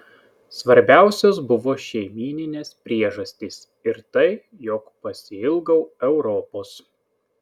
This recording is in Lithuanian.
svarbiausios buvo šeimyninės priežastys ir tai jog pasiilgau europos